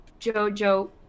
Jojo